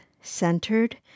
centered